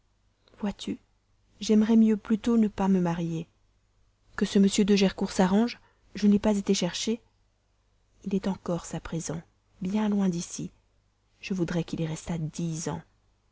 vois-tu j'aimerais mieux plutôt ne me pas marier que ce m de gercourt s'arrange je ne l'ai pas été chercher il est en corse à présent bien loin d'ici je voudrais qu'il y restât dix ans